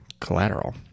collateral